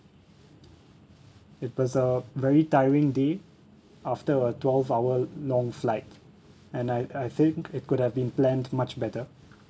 it was a very tiring day after a twelve hour long flight and I and I think it could have been planned much better